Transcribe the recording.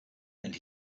and